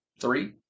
Three